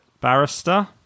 Barrister